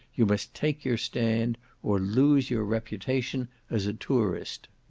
you must take your stand or lose your reputation as a tourist.